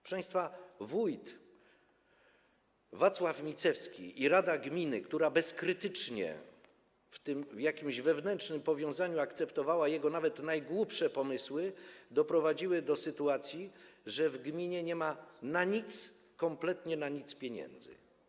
Proszę państwa, wójt Wacław Micewski i rada gminy, która bezkrytycznie w wyniku jakichś wewnętrznych powiązań akceptowała jego nawet najgłupsze pomysły, doprowadzili do sytuacji, że w gminie nie ma kompletnie na nic pieniędzy.